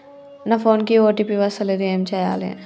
నా ఫోన్ కి ఓ.టీ.పి వస్తలేదు ఏం చేయాలే?